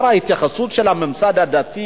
ההתייחסות של הממסד הדתי